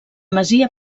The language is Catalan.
masia